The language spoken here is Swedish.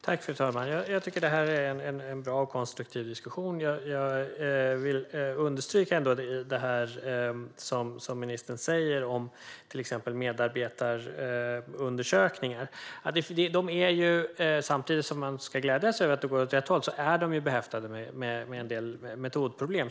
Fru talman! Jag tycker att detta är en bra och konstruktiv diskussion, men jag vill ändå understryka det ministern säger om till exempel medarbetarundersökningar. Samtidigt som man ska glädjas åt att de går åt rätt håll är de ju behäftade med en del metodproblem.